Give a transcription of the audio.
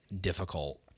difficult